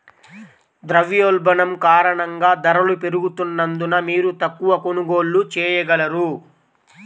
ద్రవ్యోల్బణం కారణంగా ధరలు పెరుగుతున్నందున, మీరు తక్కువ కొనుగోళ్ళు చేయగలరు